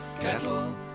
kettle